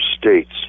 states